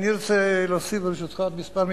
אני רוצה להוסיף, ברשותך, כמה משפטים,